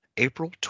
April